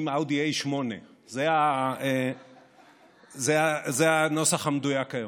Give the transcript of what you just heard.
אאודי A8. זה הנוסח המדויק היום.